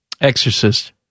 exorcist